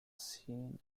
seine